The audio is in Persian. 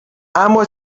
اما